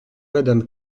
madame